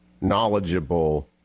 knowledgeable